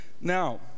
Now